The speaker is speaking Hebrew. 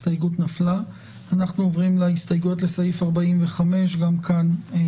הצבעה הסתייגות 26 לא אושרה.